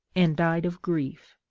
and died of grief.